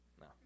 No